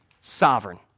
sovereign